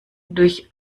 durch